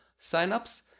signups